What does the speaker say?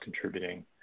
contributing